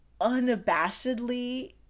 unabashedly